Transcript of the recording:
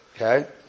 okay